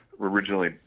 Originally